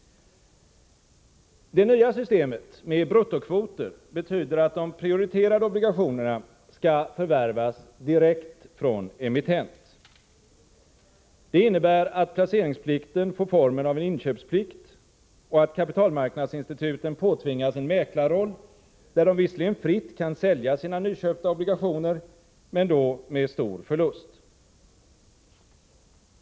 Det nya systemet med bruttokvoter betyder att de prioriterade obligationerna skall förvärvas direkt från emittent. Det innebär att placeringsplikten får formen av en inköpsplikt och att kapitalmarknadsinstituten påtvingas en mäklarroll, där de visserligen fritt kan sälja sina nyköpta obligationer, men då med stor förlust.